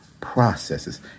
processes